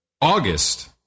August